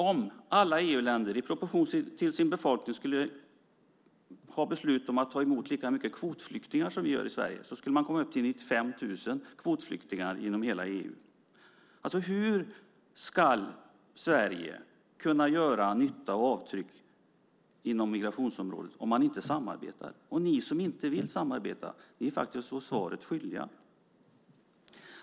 Om alla EU-länder i relation till sin befolkning skulle ta emot lika många kvotflyktingar som vi gör i Sverige skulle man komma upp till 95 000 kvotflyktingar i hela EU. Hur ska Sverige kunna göra nytta och lämna avtryck på migrationsområdet om man inte samarbetar? Ni som inte vill samarbeta blir då faktiskt svaret skyldiga.